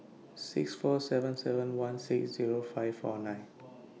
six four seven seven one six Zero five four nine